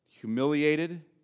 humiliated